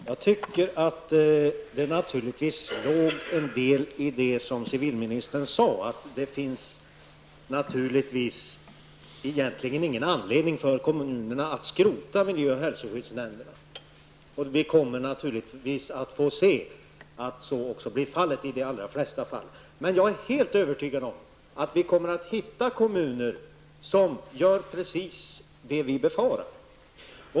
Herr talman! Det ligger naturligtvis en del i det som civilministern sade om att det egentligen inte finns någon anledning för kommunerna att skrota miljö och hälsoskyddsnämnderna. Vi kommer naturligtvis också att få se att de i de allra flesta fall kommer att bli kvar. Men jag är helt övertygad om att vi kommer att finna kommuner som gör precis det vi befarar.